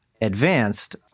advanced